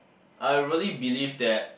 I really believe that